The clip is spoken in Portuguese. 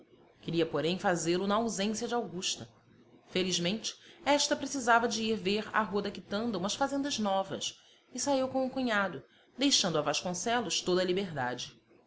queria porém fazê-lo na ausência de augusta felizmente esta precisava de ir ver à rua da quitanda umas fazendas novas e saiu com o cunhado deixando a vasconcelos toda a liberdade